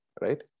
Right